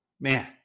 man